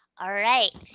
alright.